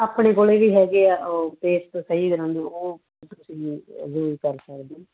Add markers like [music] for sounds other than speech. ਆਪਣੇ ਕੋਲ ਵੀ ਹੈਗੇ ਆ ਉਹ ਪੇਸਟ ਸਹੀ ਤਰਾਂ ਦੇ ਉਹ [unintelligible] ਕਰ ਸਕਦੇ